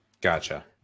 Gotcha